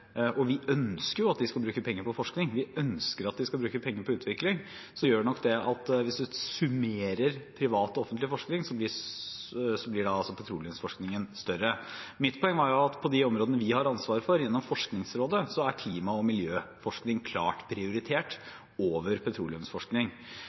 og vi ønsker jo at de skal bruke penger på forskning, vi ønsker at de skal bruke penger på utvikling. Men det gjør nok at hvis man summerer privat og offentlig forskning, blir petroleumsforskningen større. Mitt poeng var at på de områdene vi har ansvar for gjennom Forskningsrådet, er klima- og miljøforskning klart prioritert over petroleumsforskning.